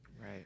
right